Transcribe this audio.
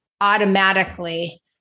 automatically